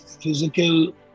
physical